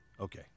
Okay